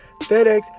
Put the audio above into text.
FedEx